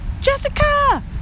Jessica